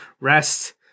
rest